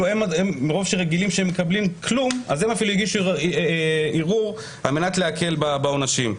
מרוב שרגילים שמקבלים כלום הן אפילו הגישו ערעור על מנת להקל בעונשים.